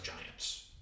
Giants